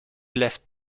left